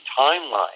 timeline